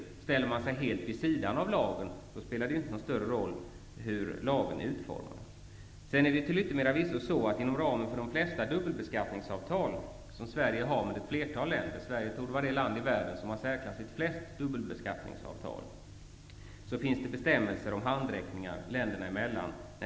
Om man ställer sig helt vid sidan av lagen, spelar det inte någon större roll hur lagen är utformad. Inom ramen för de flesta dubbelbeskattningsavtal som Sverige har med ett flertal länder -- Sverige torde vara det land i världen som har flest dubbelbeskattningsavtal -- finns det vid skatteärenden bestämmelser om handräckning länderna emellan.